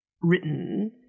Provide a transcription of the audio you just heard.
written